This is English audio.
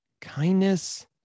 Kindness